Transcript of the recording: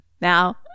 now